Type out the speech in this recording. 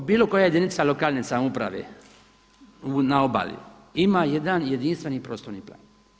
Dakle, bilo koja jedinica lokalne samouprave na obali ima jedan jedinstveni prostorni plan.